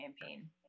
campaign